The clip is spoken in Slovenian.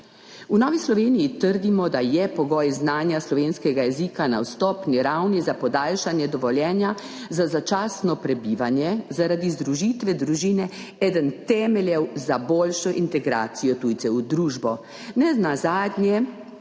V Novi Sloveniji trdimo, da je pogoj znanja slovenskega jezika na vstopni ravni za podaljšanje dovoljenja za začasno prebivanje zaradi združitve družine eden temeljev za boljšo integracijo tujcev v družbo.